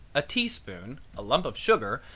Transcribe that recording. a tea spoon, a lump of sugar,